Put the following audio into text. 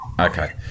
Okay